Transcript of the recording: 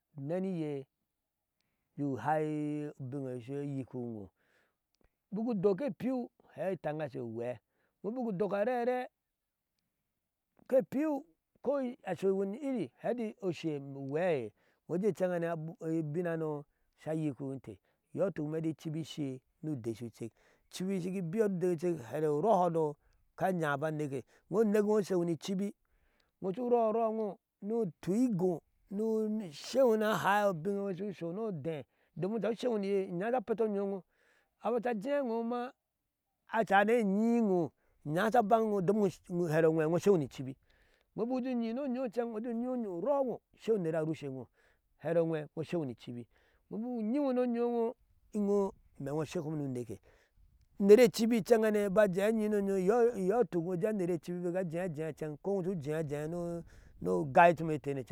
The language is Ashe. Neni ye juhai binne ye su yikkinwo buku dokke piu hai tangashe uwee wo buku dok rere ke piu kɔi aso wani iri hetti oshe uwae woju can hane aba bin hano sha yikinte yotuk meti kibi ishe no udea sucek cibi shighi biyo mode sucek here ro hano ka yabo neke wo nekenwo su shewo ni cibi shigi biyo mode wo nekenwo sushewo ni cibi wosu rorowo no tuigo no shewo na haabin suso nodeh domi ca shewo niye hya sha petoyowo hira jajawoma acene yiwo inyasha banyiwo domiwo harawee wo shewomi cibi, wobukuju yino yo can wju yoyo rowo saino nera rushewo no yowo inwo amero shekkohom no nɛkɛ unere cibi can hane bajea yino yo yo yo tuk wojea unere cibibika jeajea kowosu jea jea ne ne gai cummete